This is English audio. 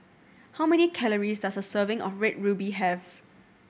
how many calories does a serving of Red Ruby have